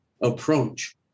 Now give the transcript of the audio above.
approach